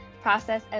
process